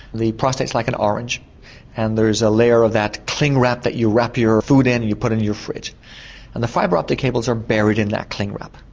the prostate is like an orange and there's a layer of that cling wrap that you wrap your food in, and you put it in your fridge and the fibre optic cables are buried in that cling wrap.